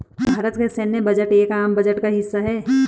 भारत का सैन्य बजट एक आम बजट का हिस्सा है